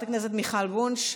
הכנסת מיכל וונש,